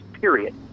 period